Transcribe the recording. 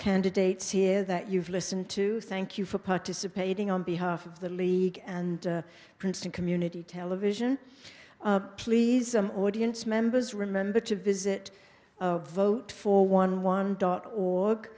candidates here that you've listened to thank you for participating on behalf of the league and princeton community television please audience members remember to visit vote for one one dot org